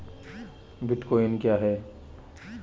Bitcoin क्या है?